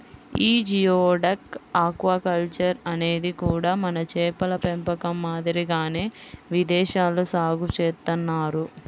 యీ geoduck aquaculture అనేది కూడా మన చేపల పెంపకం మాదిరిగానే విదేశాల్లో సాగు చేత్తన్నారు